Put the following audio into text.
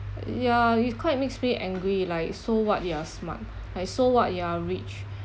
ya it's quite makes me angry like so what you are smart like so what you are rich